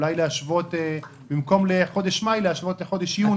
אולי במקום להשוות לחודש מאי יש להשוות לחודש יוני.